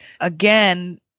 again